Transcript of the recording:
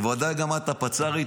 בוודאי גם הפצ"רית,